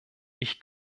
ich